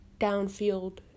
downfield